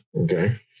okay